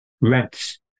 Rents